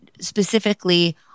specifically